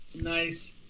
Nice